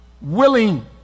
willing